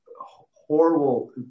horrible